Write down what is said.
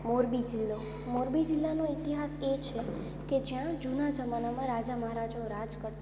મોરબી જિલ્લો મોરબી જિલ્લાનો ઇતિહાસ એ છે કે જ્યાં જૂના જમાનામાં રાજા મહારાજા રાજ કરતા હતા